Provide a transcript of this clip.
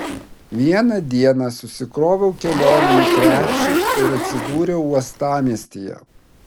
vieną dieną susikroviau kelioninį krepšį ir atsidūriau uostamiestyje